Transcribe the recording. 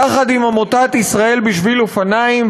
יחד עם עמותת "ישראל בשביל אופניים"